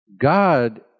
God